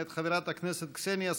מאת חברת הכנסת קסניה סבטלובה.